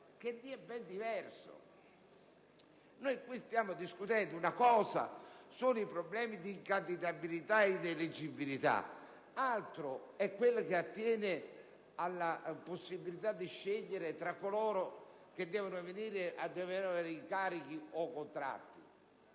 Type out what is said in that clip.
che è ben diverso. Una cosa sono i problemi di incandidabilità e ineleggibilità, altro è quello che attiene alla possibilità di scegliere tra coloro che devono avere incarichi o contratti.